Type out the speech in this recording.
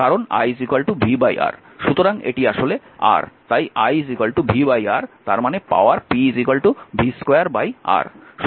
তাই i vR তার মানে পাওয়ার p v2 R